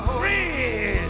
free